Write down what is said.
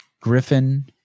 Griffin